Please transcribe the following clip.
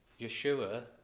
Yeshua